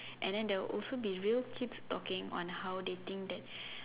and then there will also be real kids talking on how they think that